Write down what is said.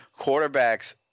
quarterbacks